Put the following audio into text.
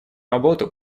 работу